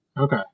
Okay